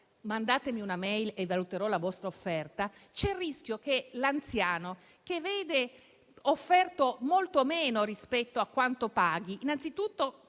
mandarmi una *mail* per valutare la loro offerta, c'è il rischio che l'anziano che vede offerto molto meno rispetto a quanto paga, non